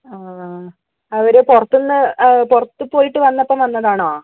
ആണോ അവർ പുറത്തൂന്നു പുറത്തുപോയിട്ട് വന്നപ്പം വന്നതാണോ